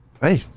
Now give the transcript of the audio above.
Hey